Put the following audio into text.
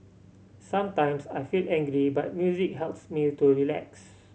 sometimes I feel angry but music helps me to relax